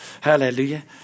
Hallelujah